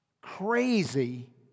crazy